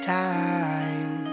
time